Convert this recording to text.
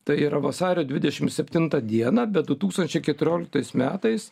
tai yra vasario dvidešim septintą dieną be du tūkstančiai keturioliktais metais